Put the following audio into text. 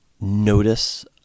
Notice